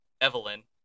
Evelyn